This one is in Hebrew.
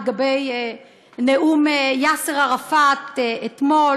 לגבי נאום יאסר ערפאת אתמול